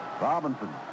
Robinson